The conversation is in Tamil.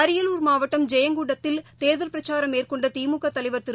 அரியலூர் மாவட்டம் ஜெயங்கொண்டத்தில் தேர்தல் பிரச்சாரம் மேற்கொண்டதிமுகதலைவர் திரு